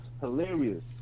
hilarious